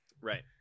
Right